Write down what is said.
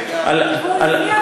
ברוב.